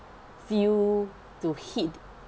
few to hit